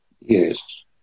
Yes